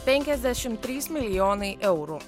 penkiasdešim trys milijonai eurų